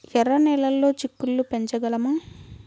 ఎర్ర నెలలో చిక్కుళ్ళు పెంచగలమా?